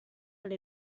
alle